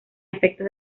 efectos